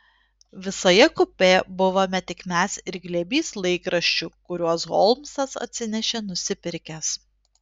visoje kupė buvome tik mes ir glėbys laikraščių kuriuos holmsas atsinešė nusipirkęs